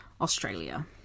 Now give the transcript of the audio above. Australia